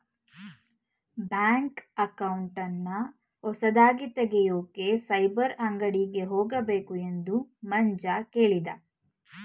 bank ಅಕೌಂಟನ್ನ ಹೊಸದಾಗಿ ತೆಗೆಯೋಕೆ ಸೈಬರ್ ಅಂಗಡಿಗೆ ಹೋಗಬೇಕು ಎಂದು ಮಂಜ ಕೇಳಿದ